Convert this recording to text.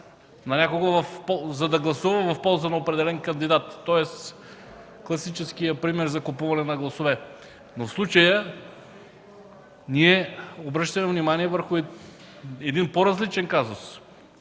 за да гласува в полза на определен кандидат, тоест при класическия пример за купуване на гласове. В случая ние обръщаме внимание върху един по-различен казус.